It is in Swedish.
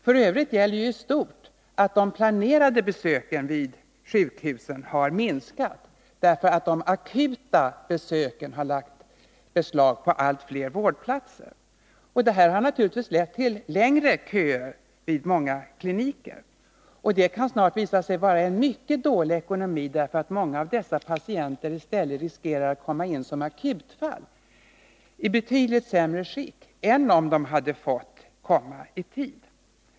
F. ö. gäller ju i stort att de planerade besöken vid sjukhusen har minskat, därför att de akuta besöken har lagt beslag på allt fler vårdplatser. Detta har naturligtvis lett till längre köer vid många kliniker. Det kan snart visa sig vara en mycket dålig ekonomi, därför att många av dessa patienter i stället riskerar att komma in som akutfall och i betydligt sämre skick än de skulle ha varit om de hade fått komma i tid.